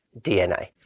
DNA